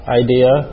idea